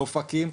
באופקים,